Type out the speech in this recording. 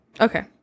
okay